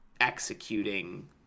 executing